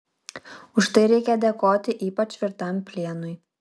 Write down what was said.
už tai reikia dėkoti ypač tvirtam plienui